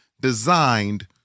designed